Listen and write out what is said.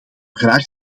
graag